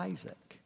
Isaac